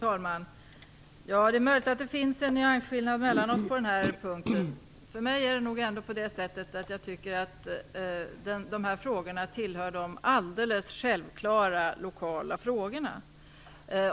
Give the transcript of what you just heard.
Fru talman! Det är möjligt att det finns en nyansskillnad oss emellan på denna punkt. Jag tycker att dessa frågor tillhör de alldeles självklara lokala frågorna.